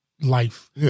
life